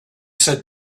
said